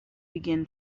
begin